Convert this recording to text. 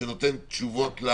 שנותן תשובות?